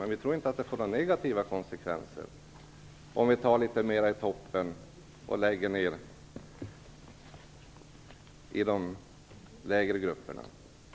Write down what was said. Men vi tror inte att det blir några negativa konsekvenser om vi tar från grupperna i toppen och lägger det på de lägre grupperna.